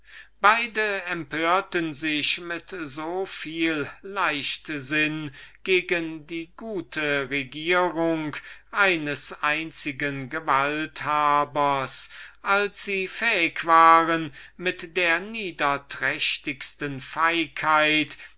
beide empörten sich mit eben so viel leichtsinn gegen die gute regierung eines einzigen gewalthabers als sie fähig waren mit der niederträchtigsten feigheit